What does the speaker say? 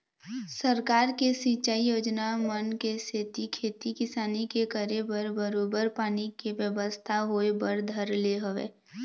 सरकार के सिंचई योजना मन के सेती खेती किसानी के करे बर बरोबर पानी के बेवस्था होय बर धर ले हवय